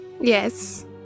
Yes